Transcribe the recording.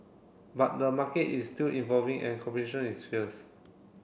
but the market is still evolving and competition is fierce